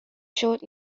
short